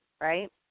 right